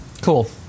Cool